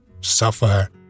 suffer